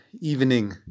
evening